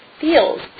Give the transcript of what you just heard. feels